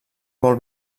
vol